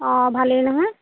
অঁ ভালেই নহয়